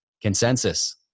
consensus